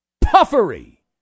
puffery